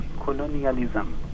colonialism